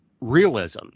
realism